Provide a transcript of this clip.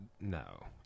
no